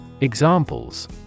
Examples